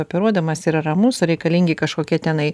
operuodamas yra ramus ar reikalingi kažkokie tenai